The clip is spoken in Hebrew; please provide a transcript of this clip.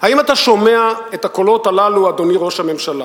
האם אתה שומע את הקולות הללו, אדוני ראש הממשלה?